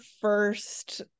first